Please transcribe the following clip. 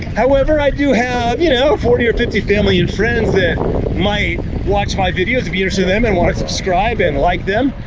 however, i do have you know forty or fifty family and friends that might watch my video, viewers to them and wanna subscribe and like them.